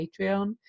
Patreon